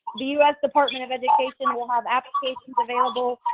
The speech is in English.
us department of education will have applications available